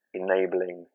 enabling